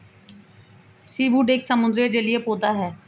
seaweed एक समुद्री जलीय पौधा है